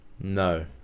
No